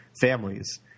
families